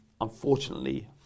unfortunately